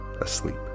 asleep